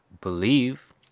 Believe